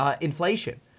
inflation